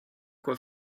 quoi